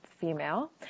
female